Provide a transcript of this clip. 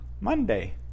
Monday